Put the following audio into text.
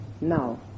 now